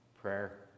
prayer